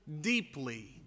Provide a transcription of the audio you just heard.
deeply